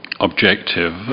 objective